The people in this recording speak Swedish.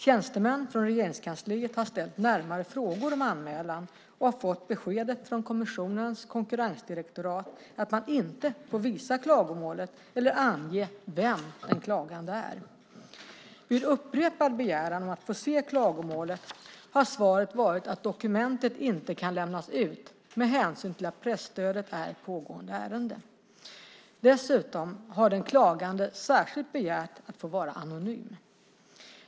Tjänstemän från Regeringskansliet har ställt närmare frågor om anmälan och har fått beskedet från kommissionens konkurrensdirektorat att man inte får visa klagomålet eller ange vem den klagande är. Vid upprepad begäran om att få se klagomålet har svaret varit att dokumentet inte kan lämnas ut med hänsyn till att presstödet är ett pågående ärende. Dessutom har den klagande särskilt begärt att få vara anonym.